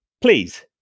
Please